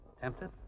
Tempted